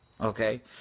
okay